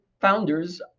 founders